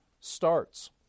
starts